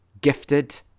Gifted